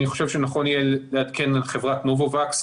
אני חושב שיהיה נכון לעדכן על חברת נובהווקס,